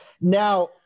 Now